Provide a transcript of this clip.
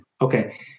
Okay